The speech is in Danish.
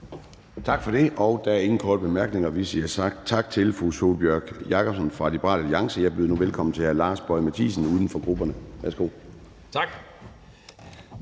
Tak for det. Der er ingen korte bemærkninger, så vi siger tak til fru Sólbjørg Jakobsen fra Liberal Alliance. Jeg byder nu velkommen til hr. Lars Boje Mathiesen, uden for grupperne. Værsgo. Kl.